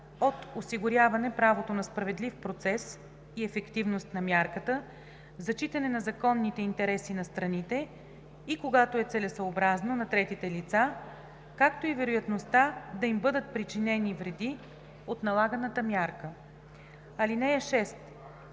от осигуряване правото на справедлив процес и ефективност на мярката, зачитане на законните интереси на страните и когато е целесъобразно – на третите лица, както и вероятността да им бъдат причинени вреди от налаганата мярка. (6)